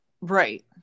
Right